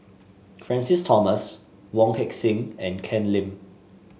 Francis Thomas Wong Heck Sing and Ken Lim